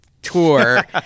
tour